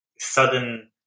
Sudden